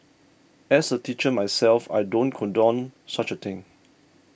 as a teacher myself I don't condone such a thing